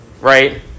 right